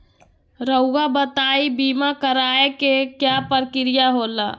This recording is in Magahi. रहुआ बताइं बीमा कराए के क्या प्रक्रिया होला?